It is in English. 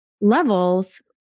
levels